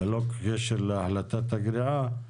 ללא קשר להחלטת הגריעה.